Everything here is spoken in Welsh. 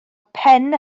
pen